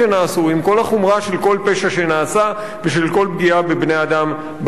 עם כל החומרה של כל פשע שנעשה ושל כל פגיעה בבני-אדם באשר היא.